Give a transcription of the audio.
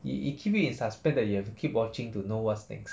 it it keep you in suspense that you have to keep watching to know what's next